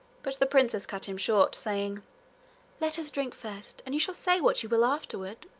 but the princess cut him short, saying let us drink first, and you shall say what you will afterward.